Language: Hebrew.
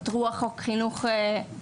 את רוח חוק חינוך חובה,